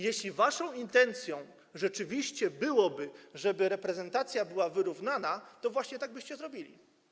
Jeśli waszą intencją rzeczywiście byłoby to, żeby reprezentacja była wyrównana, to właśnie tak byście zrobili.